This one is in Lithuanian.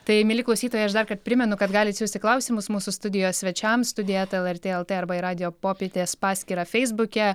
tai mieli klausytojai aš darkart primenu kad galit siųsti klausimus mūsų studijos svečiams studija eta lrt lt arba į radijo popietės paskyrą feisbuke